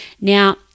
Now